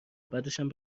بعدشم